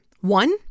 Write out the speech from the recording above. One